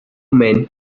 men